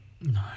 No